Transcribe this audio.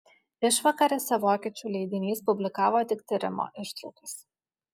išvakarėse vokiečių leidinys publikavo tik tyrimo ištraukas